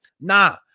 Nah